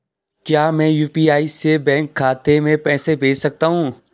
क्या मैं यु.पी.आई से बैंक खाते में पैसे भेज सकता हूँ?